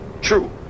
True